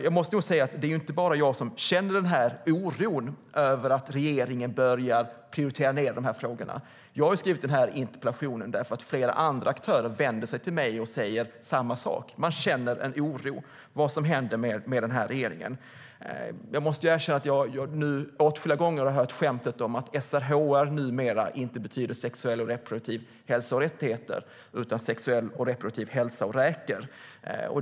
Jag måste nog säga att det inte bara är jag som känner oro över att regeringen börjar prioritera ned dessa frågor. Jag har skrivit den här interpellationen därför att flera andra aktörer vänder sig till mig och säger samma sak: Man känner en oro över vad som händer med den här regeringen. Jag måste erkänna att jag åtskilliga gånger har hört skämtet att SRHR numera inte betyder "sexuell och reproduktiv hälsa och rättigheter" utan "sexuell och reproduktiv hälsa och räkor".